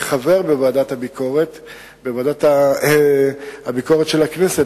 כחבר בוועדת הביקורת של הכנסת,